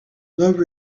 love